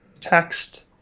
text